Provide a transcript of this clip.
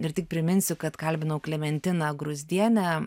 ir tik priminsiu kad kalbinau klementiną gruzdienę